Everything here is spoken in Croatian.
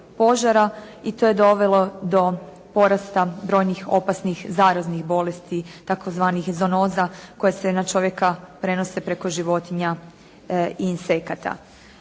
i to je dovelo do porasta brojnih opasnih zaraznih bolesti, tzv. zoonoza koje se na čovjeka prenose preko životinja i insekata.